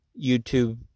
YouTube